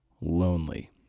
lonely